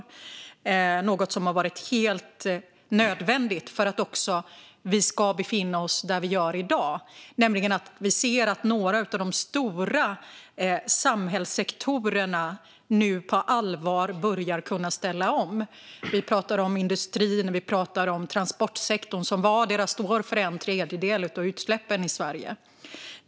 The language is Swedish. Det är något som har varit helt nödvändigt för att vi ska befinna oss där vi är i dag, nämligen att vi ser att några av de stora samhällssektorerna nu på allvar börjar kunna ställa om. Vi pratar om industrin, och vi pratar om transportsektorn, som står för en tredjedel var av utsläppen i Sverige.